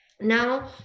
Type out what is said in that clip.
now